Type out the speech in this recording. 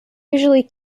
usually